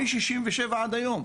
מ-1967 ועד היום?